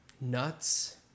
Nuts